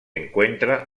encuentra